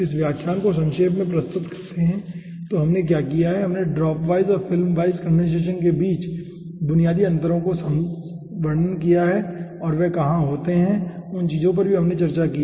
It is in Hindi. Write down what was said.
तो इस व्याख्यान को संक्षेप में प्रस्तुत करते है तो हमने क्या किया है हमने ड्रॉप वाइज और फिल्मवाइज कंडेनसेशन के बीच बुनियादी अंतरों का वर्णन किया है और वे कहाँ होते हैं उन चीजों पर भी हमने चर्चा की है